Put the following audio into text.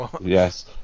Yes